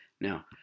now